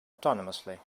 autonomously